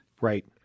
Right